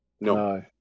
No